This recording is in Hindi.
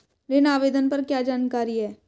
ऋण आवेदन पर क्या जानकारी है?